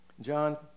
John